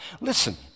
Listen